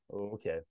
Okay